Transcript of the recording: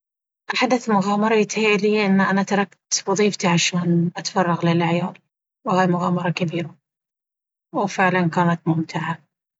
أحدث مغامرة يتهيأ لي اني أنا تركت وظيفتي عشان أتفرغ للعيال وهاي مغامرة كبيرة، وفعلا كانت ممتعة